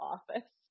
Office